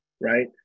right